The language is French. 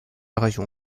région